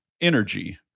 energy